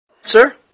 Sir